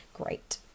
great